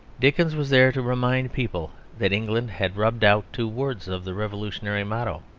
dickens was there to remind people that england had rubbed out two words of the revolutionary motto,